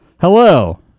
Hello